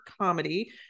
comedy